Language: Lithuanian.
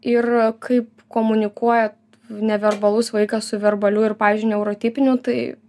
ir kaip komunikuoja neverbalus vaikas su verbaliu ir pavyzdžiui neurotipiniu tai